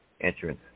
entrance